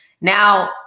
Now